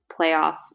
playoff